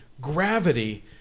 gravity